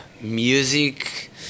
music